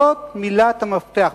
זאת מילת המפתח.